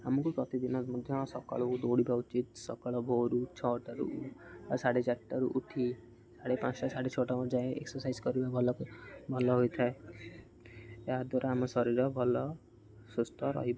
ଆମକୁ ପ୍ରତିଦିନ ମଧ୍ୟ ସକାଳୁ ଦୌଡ଼ିବା ଉଚିତ ସକାଳ ଭୋରୁ ଛଅଟାରୁ ବା ସାଢ଼େ ଚାରିଟାରୁ ଉଠି ସାଢ଼େ ପାଞ୍ଚଟା ସାଢ଼େ ଛଅଟା ଯାଏଁ ଏକ୍ସରସାଇଜ୍ କରିବା ଭଲ ଭଲ ହୋଇଥାଏ ଏହାଦ୍ୱାରା ଆମ ଶରୀର ଭଲ ସୁସ୍ଥ ରହି